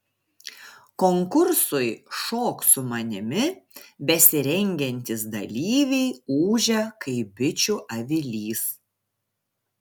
konkursui šok su manimi besirengiantys dalyviai ūžia kaip bičių avilys